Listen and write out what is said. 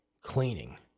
cleaning